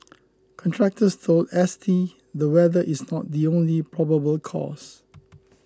contractors told S T the weather is not the only probable cause